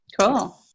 Cool